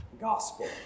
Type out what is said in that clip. gospel